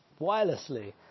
wirelessly